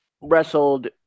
wrestled